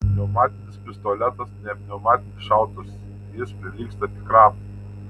pneumatinis pistoletas ne pneumatinis šautuvas jis prilygsta tikram